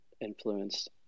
influenced